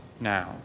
now